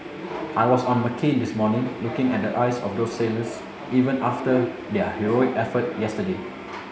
I was on McCain this morning looking at the eyes of those sailors even after their heroic effort yesterday